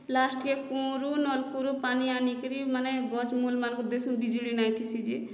ଲାଷ୍ଟକେ କୁଅଁରୁ ନଳକୂଅରୁ ପାନି ଆନିକରି ମାନେ ଗଛ ମୂଳମାନକେ ଦେସୁନ ବିଜୁଳି ନାହିଁ ଥିସି ଯେ